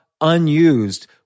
unused